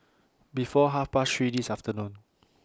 before Half Past three This afternoon